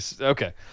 Okay